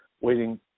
waiting